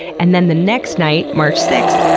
and then the next night, march sixth,